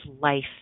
life